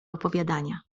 opowiadania